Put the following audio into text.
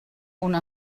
una